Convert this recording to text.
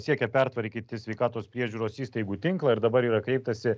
siekia pertvarkyti sveikatos priežiūros įstaigų tinklą ir dabar yra kreiptasi